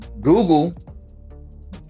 Google